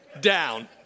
Down